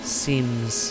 seems